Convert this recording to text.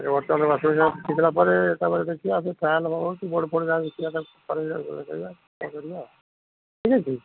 ଏ ବର୍ତ୍ତମାନ washing machine ଦେଖିଦେଲା ପରେ ତା'ପରେ ଦେଖିବା ଆଗ ଟ୍ରାଲ୍ କ'ଣ ହେଉଛି ବୋର୍ଡ଼ ଫୋର୍ଡ଼ ଯାହା ଦେଖିବା କରିବା ଇଏ କରିବା ଠିକ୍ ଅଛି